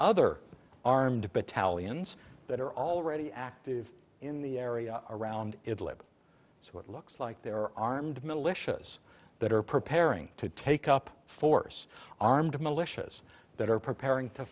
other armed battalions that are already active in the area around it live so it looks like there are armed militias that are preparing to take up force armed militias that are preparing to